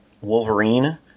Wolverine